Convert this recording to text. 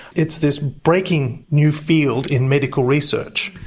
it's this breaking new field in medical research.